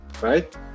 right